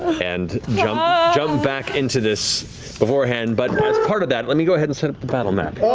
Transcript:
and jump back into this beforehand, but as part of that, let me go ahead and set the battle map.